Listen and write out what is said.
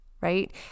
Right